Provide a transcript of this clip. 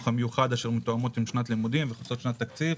המיוחד אשר מתואמות עם שנת לימודים וחוצות שנת תקציב.